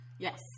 Yes